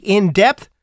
In-Depth